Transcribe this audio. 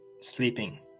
sleeping